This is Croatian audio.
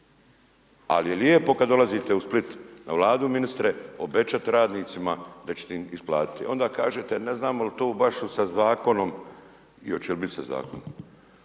Ali je lijepo kad dolazite u Split na Vladu ministre, obećat radnicima da ćete im isplatiti. Onda kažete, ne znam jel to baš sa zakonom i hoće li biti sa zakonom.